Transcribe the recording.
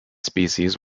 species